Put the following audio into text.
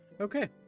Okay